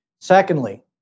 Secondly